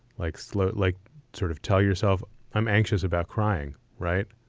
like slow it like sort of tell yourself i'm anxious about crying, right?